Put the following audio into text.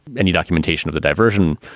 any documentation of the diversion?